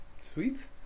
sweet